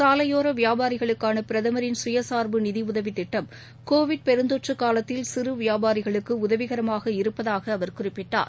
சாலைபோர வியாபாரிகளுக்கான பிரதமரின் சுயசார்பு நிதி உதவித் திட்டம் கோவிட் பெருந்தொற்று காலத்தில் சிறு வியாபாரிகளுக்கு உதவிகரமாக இருப்பதாக அவர் குறிப்பிட்டார்